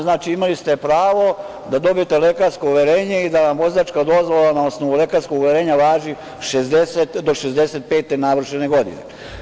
Znači, imali ste pravo da dobijete lekarsko uverenje i da vam vozačka dozvola na osnovu lekarskog uverenja važi do 65. navršene godine.